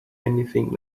anything